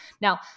now